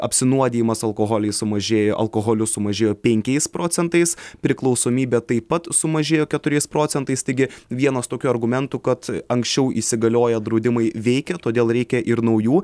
apsinuodijimas alkoholiais sumažėjo alkoholiu sumažėjo penkiais procentais priklausomybė taip pat sumažėjo keturiais procentais taigi vienas tokių argumentų kad anksčiau įsigalioję draudimai veikia todėl reikia ir naujų